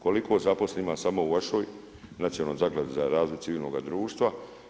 Koliko zaposlenih ima samo u vašoj Nacionalnoj zakladi za razvoj civilnoga društva?